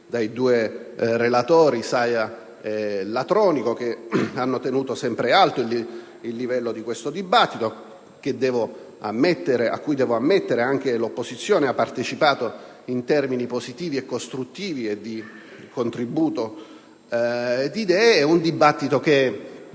i senatori Saia e Latronico, che hanno tenuto sempre alto il livello della discussione a cui - devo ammettere - anche l'opposizione ha partecipato in termini positivi e costruttivi, offrendo un contributo di idee. È un dibattito